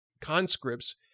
conscripts